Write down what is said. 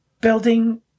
building